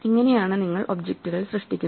ഇങ്ങനെയാണ് നിങ്ങൾ ഒബ്ജക്റ്റുകൾ സൃഷ്ടിക്കുന്നത്